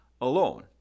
alone